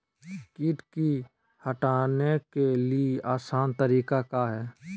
किट की हटाने के ली आसान तरीका क्या है?